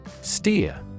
Steer